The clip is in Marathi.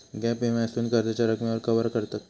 गॅप विम्यासून कर्जाच्या रकमेक कवर करतत